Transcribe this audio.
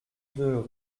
deux